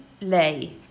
lay